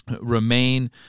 remain